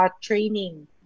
training